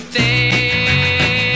day